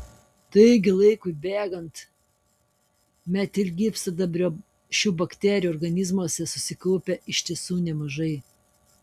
taigi laikui bėgant metilgyvsidabrio šių bakterijų organizmuose susikaupia iš tiesų nemažai